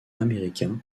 américain